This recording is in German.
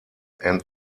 and